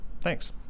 Thanks